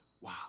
Wow